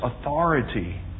authority